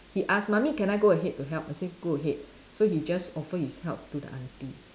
he ask mummy can I go ahead to help I say go ahead so he just offer his help to the aunty